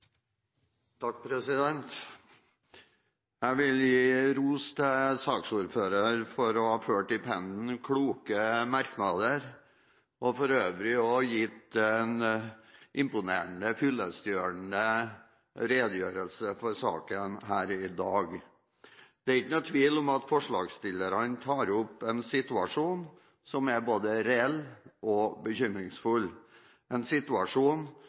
Jeg vil gi ros til saksordfører for å ha ført i pennen kloke merknader og for øvrig også gitt en imponerende fyllestgjørende redegjørelse for saken i dag. Det er ikke noen tvil om at forslagsstillerne tar opp en situasjon som er både reell og bekymringsfull – en situasjon